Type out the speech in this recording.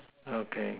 okay